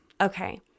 Okay